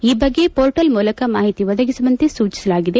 ಈ ಬಗ್ಗೆ ಮೋರ್ಟಲ್ ಮೂಲಕ ಮಾಹಿತಿ ಒದಗಿಸುವಂತೆ ಸೂಚಿಸಲಾಗಿದೆ